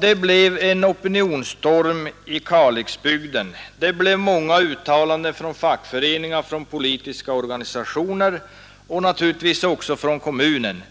Det blev en opinionsstorm i Kalixbygden, det blev många uttalanden från fackföreningar, från politiska organisationer och naturligtvis också från kommunen.